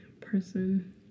person